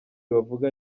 bavuga